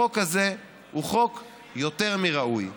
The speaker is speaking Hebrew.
החוק הזה הוא חוק יותר מראוי.